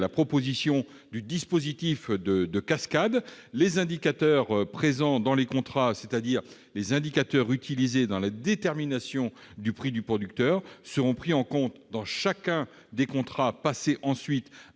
proposition du dispositif de cascade : les indicateurs présents dans les contrats, c'est-à-dire ceux qui sont utilisés dans la détermination du prix du producteur, seront pris en compte dans chacun des contrats passés ensuite